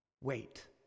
Wait